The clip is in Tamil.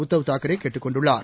உத்தவ் தாக்கரேகேட்டுக் கொண்டுள்ளார்